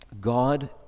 God